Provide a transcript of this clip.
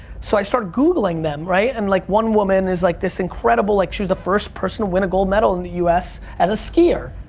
so i start googling them, right? and, like, one woman is, like, this incredible, like, she was the first person to win a gold medal in the us as a skier,